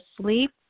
sleep